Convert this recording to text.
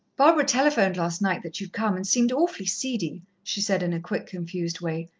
barbara telephoned last night that you'd come, and seemed awfully seedy, she said in a quick, confused way.